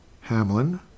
Hamlin